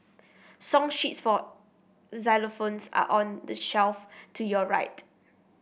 song sheets for xylophones are on the shelf to your right